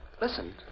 Listen